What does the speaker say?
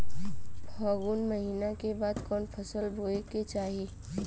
फागुन महीना के बाद कवन फसल बोए के चाही?